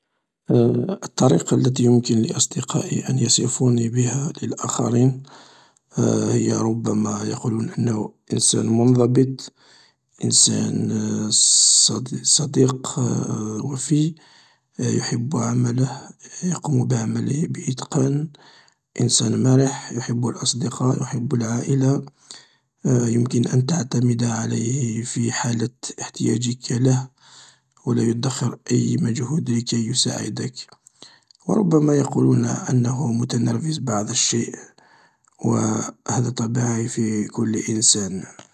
الطريقة التي يمكن لأصدقائي ان يصفوني بها للآخرين هي ربما يقولون أنه انسان منضبط, انسان صديق صديق وفي يحب عمله, يقوم بعمله باتقان انسان مرح يحب الأصدقاء و يحب العائلة يمكن أن تعتمد عليه في حالة احتياجك له و لا يدخر أي مجهود لكي يساعدك و ربما يقولون أنه متنرفز بعض الشيء و هذا طبيعي في كل انسان.